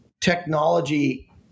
technology